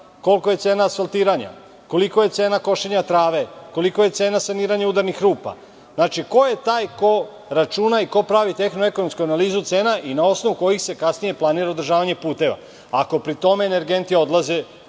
Kolika je cena asfaltiranja? Kolika je cena košenja trave, kolika je cena saniranja udarnih rupa, ko je taj ko računa i ko pravi tehno-ekonomsku analizu cena i na osnovu kojih se kasnije planira održavanje puteva, ako pri tome energenti odlaze